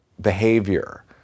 behavior